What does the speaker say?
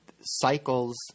cycles